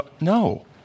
no